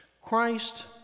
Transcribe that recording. Christ